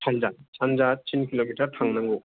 सान्जा सान्जा तिन किलमिटार थांनांगौ